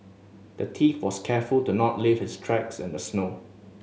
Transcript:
the thief was careful to not leave his tracks in the snow